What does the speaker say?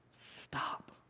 Stop